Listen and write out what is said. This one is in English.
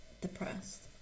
depressed